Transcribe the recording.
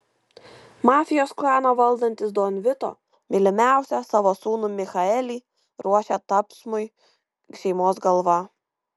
mafijos klaną valdantis don vito mylimiausią savo sūnų michaelį ruošia tapsmui šeimos galva